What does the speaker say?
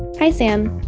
hi, sam.